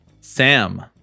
Sam